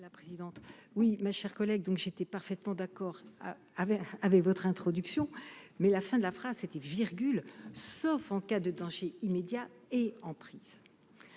oui ma chère collègue, donc j'étais parfaitement d'accord avec avec votre introduction, mais la fin de la phrase était vide. Sauf en cas de danger immédiat et en prise